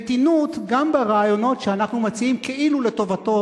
מתינות גם ברעיונות שאנחנו מציעים כאילו לטובתו